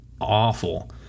awful